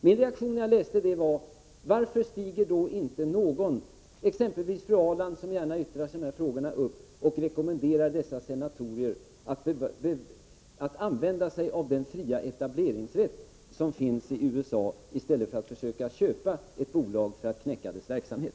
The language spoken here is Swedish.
Min reaktion när jag läste detta var: Varför stiger inte exempelvis fru Ahrland — som gärna yttrar sig i de här frågorna — upp och rekommenderar dessa senatorer att använda sig av den fria etableringsrätt som finns i USA, i stället för att köpa upp ett bolag för att knäcka dess verksamhet?